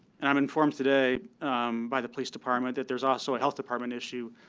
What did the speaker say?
and i'm informed today by the police department that there's also a health department issue.